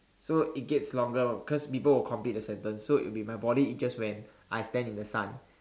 so it gets longer cause people will complete the sentence so it will be my body itches when I stand in the sun